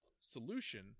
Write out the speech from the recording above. Solution